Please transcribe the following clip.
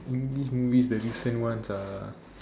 English movies the recent ones are